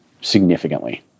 significantly